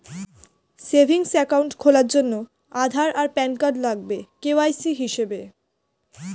savings account খোলার জন্যে আধার আর প্যান কার্ড লাগবে কে.ওয়াই.সি হিসেবে